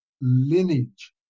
lineage